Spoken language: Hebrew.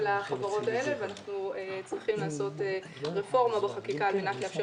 החברות האלה ואנחנו צריכים לעשות רפורמה בחקיקה על מנת לאפשר